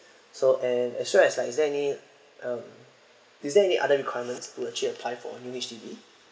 so and actually like is there any um is there any other requirement to actually apply for new H_D_B